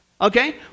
Okay